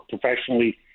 professionally